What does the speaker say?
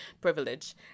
Privilege